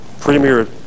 Premier